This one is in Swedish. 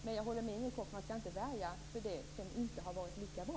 Men jag håller med Inger Koch om att man inte heller skall värja sig mot det som inte har varit lika bra.